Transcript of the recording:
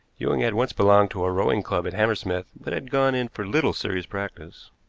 ewing had once belonged to a rowing club at hammersmith, but had gone in for little serious practice.